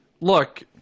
Look